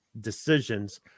decisions